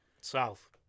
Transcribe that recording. South